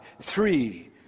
Three